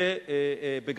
בגן-התקווה.